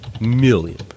million